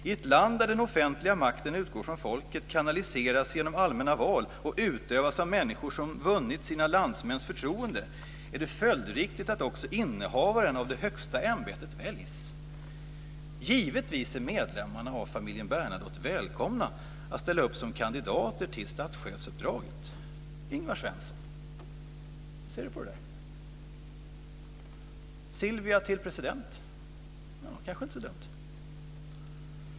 I ett land där den offentliga makten utgår från folket, kanaliseras genom allmänna val och utövas av människor som vunnit sina landsmäns förtroende är det följdriktigt att också innehavaren av det högsta ämbetet väljs. Givetvis är medlemmarna av familjen Bernadotte välkomna att ställa upp som kandidater till statschefsuppdraget. Ingvar Svensson! Hur ser du på det? Silvia till president - ja, det kanske inte är så dumt.